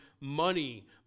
money